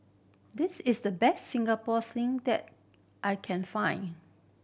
this is the best Singapore Sling that I can find